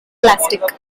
plastic